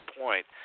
point